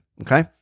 okay